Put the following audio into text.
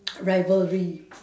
rivalry